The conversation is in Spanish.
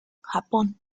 japón